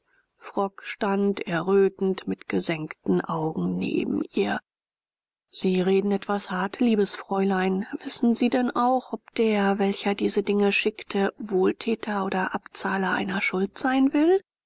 frock stand errötend mit gesenkten augen neben ihr sie reden etwas hart liebes fräulein wissen sie denn auch ob der welcher diese dinge schickte wohltäter oder abzahler einer schuld sein will